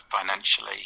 financially